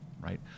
right